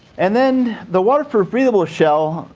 and then the waterproof breathable shell,